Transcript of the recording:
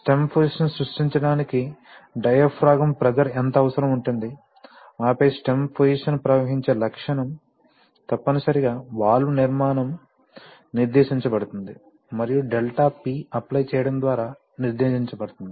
stem position సృష్టించడానికి diaphragm pressure ఎంత అవసరం ఉంటుంది ఆపై స్టెమ్ పోసిషన్ ప్రవహించే లక్షణం తప్పనిసరిగా వాల్వ్ నిర్మాణం నిర్దేశించబడుతుంది మరియు ΔP అప్లై చేయడం ద్వారా నిర్దేశించబడుతుంది